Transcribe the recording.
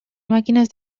màquines